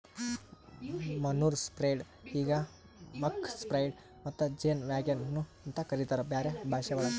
manure spreader ಈಗ್ muck spreader ಮತ್ತ ಜೇನ್ ವ್ಯಾಗನ್ ನು ಅಂತ ಕರಿತಾರ್ ಬೇರೆ ಭಾಷೆವಳಗ್